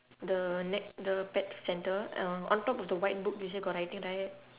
the neck the pet centre um on top of the white book you see got writing right